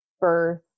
birth